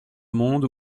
monde